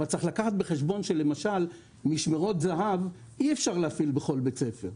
אבל צריך לקחת בחשבון שלמשל משמרות זה"ב אי אפשר להפעיל בכל בית ספר,